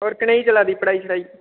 होर कनेही चला दी पढ़ाई शढ़ाई